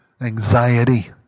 anxiety